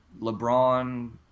LeBron